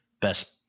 Best